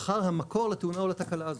אחר המקור לתאונה או לתקנה הזאת.